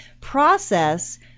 process